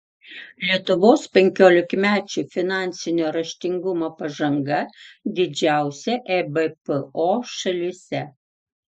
lietuvos penkiolikmečių finansinio raštingumo pažanga didžiausia ebpo šalyse